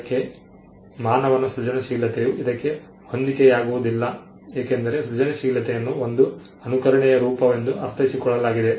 ಅದಕ್ಕೆ ಮಾನವನ ಸೃಜನಶೀಲತೆಯು ಇದಕ್ಕೆ ಹೊಂದಿಕೆಯಾಗುವುದಿಲ್ಲ ಏಕೆಂದರೆ ಸೃಜನಶೀಲತೆಯನ್ನು ಒಂದು ಅನುಕರಣೆಯ ರೂಪವೆಂದು ಅರ್ಥೈಸಿಕೊಳ್ಳಲಾಗಿದೆ